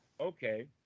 Okay